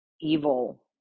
Evil